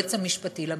ליועץ המשפטי לממשלה".